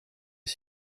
est